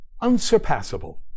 unsurpassable